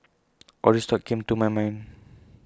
all these thoughts came to my mind